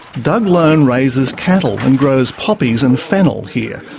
doug loane raises cattle and grows poppies and fennel here.